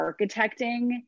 architecting